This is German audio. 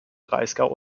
breisgau